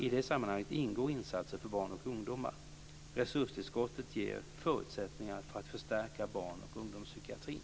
I det sammanhanget ingår insatser för barn och ungdomar. Resurstillskottet ger förutsättningar för att förstärka barn och ungdomspsykiatrin.